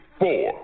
four